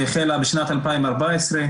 שהחלה בשנת 2014,